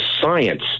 science